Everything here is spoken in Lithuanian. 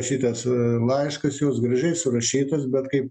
šitas laiškas jos gražiai surašytus bet kaip